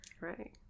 Right